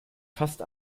fast